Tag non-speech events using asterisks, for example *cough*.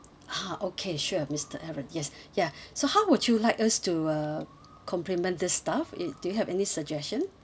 ha okay sure mister aaron yes *breath* ya so how would you like us to uh compliment this staff it do you have any suggestion